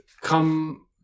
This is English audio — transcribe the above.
come